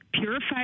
purified